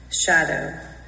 shadow